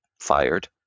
fired